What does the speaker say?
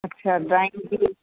अच्छा ड्रॉइंग जी